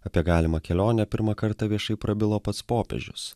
apie galimą kelionę pirmą kartą viešai prabilo pats popiežius